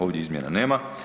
Ovdje izmjena nema.